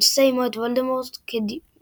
נושא עמו את וולדמורט כדיבוק,